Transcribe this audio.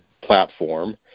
platform